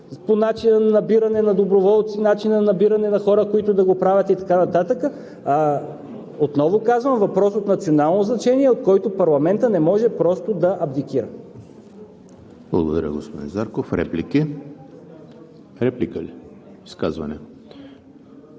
по начина на набиране на доброволци, начина на набиране на хора, които да го правят и така нататък. Отново казвам – въпрос от национално значение, от който парламентът не може просто да абдикира. ПРЕДСЕДАТЕЛ ЕМИЛ ХРИСТОВ: Благодаря, господин Зарков. Реплики? Изказвания?